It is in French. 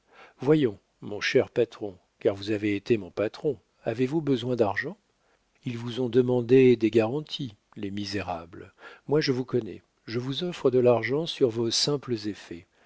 voyons mon cher patron car vous avez été mon patron avez-vous besoin d'argent ils vous ont demandé des garanties les misérables moi je vous connais je vous offre de l'argent sur vos simples effets